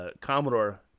Commodore